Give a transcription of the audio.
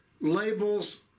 labels